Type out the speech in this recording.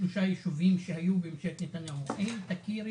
האם תפעלי